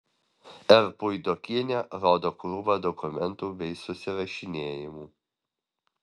r puidokienė rodo krūvą dokumentų bei susirašinėjimų